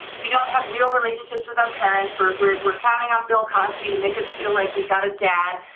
we don't have real relationships with our parents, we're we're counting on bill cosby to make us feel like we got a dad,